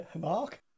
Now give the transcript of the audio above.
Mark